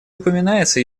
упоминается